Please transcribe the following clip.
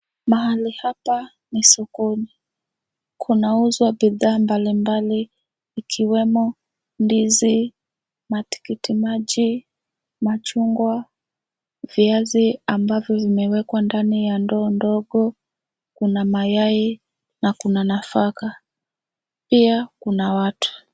Mahali hapa, ni sokoni. Kunauzwa bidhaa mbalimbali ikiwemo ndizi, matikiti maji, machungwa, viazi ambavyo vimewekwa ndani ya ndoo ndogo, kuna mayai, na kuna nafaka. Pia kuna watu.